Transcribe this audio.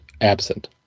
absent